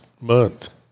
month